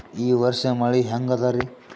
ಈ ವರ್ಷ ಮಳಿ ಹೆಂಗ ಅದಾರಿ?